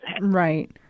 Right